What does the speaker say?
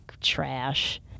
trash